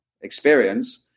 experience